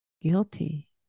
guilty